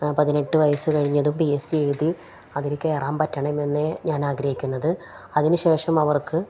പതിനെട്ട് വയസ്സു കഴിഞ്ഞതും പി എസ്സി എഴുതി അതിലേക്കു കയറാൻ പറ്റണമെന്നേ ഞാൻ ആഗ്രഹിക്കുന്നത് അതിനു ശേഷം അവർക്ക്